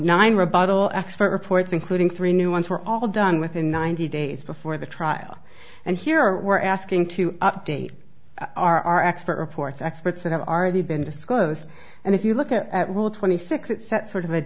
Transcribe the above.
nine rebuttal expert reports including three new ones were all done within ninety days before the trial and here we're asking two update our our expert reports experts that have already been disclosed and if you look at rule twenty six it set sort of a